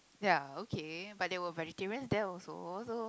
ya okay but there were vegetarians there also so